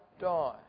die